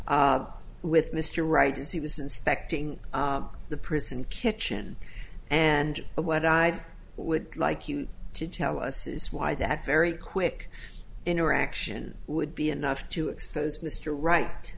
with mr right as he was inspecting the prison kitchen and what i would like you to tell us is why that very quick interaction would be enough to expose mr wright